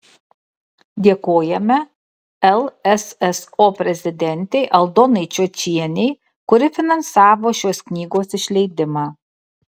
dėkojame lsso prezidentei aldonai čiočienei kuri finansavo šios knygos išleidimą